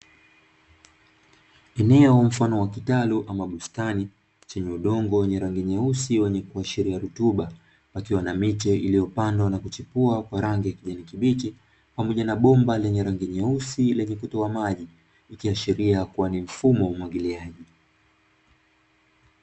Eneo mfano wa kitalu ama bustani chenye udongo wenye rangi nyeusi wenye kuashiria rutuba, pakiwa na miche iliyopandwa na kuchipua kwa rangi ya kijani kibichi pamoja na bomba lenye rangi nyeusi lenye kutoa maji; likiashiria kuwa ni mfumo wa umwagiliaji.